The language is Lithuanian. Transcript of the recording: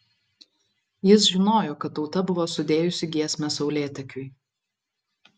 jis žinojo kad tauta buvo sudėjusi giesmę saulėtekiui